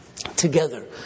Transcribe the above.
Together